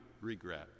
regret